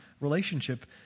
relationship